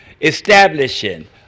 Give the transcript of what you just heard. establishing